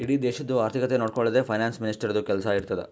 ಇಡೀ ದೇಶದು ಆರ್ಥಿಕತೆ ನೊಡ್ಕೊಳದೆ ಫೈನಾನ್ಸ್ ಮಿನಿಸ್ಟರ್ದು ಕೆಲ್ಸಾ ಇರ್ತುದ್